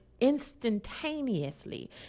instantaneously